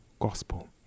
gospel